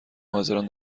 حاضران